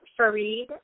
Fareed